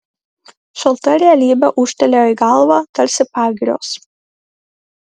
šalta realybė ūžtelėjo į galvą tarsi pagirios